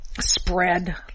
spread